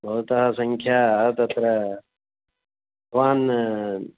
भवतः सङ्ख्या तत्र भवान्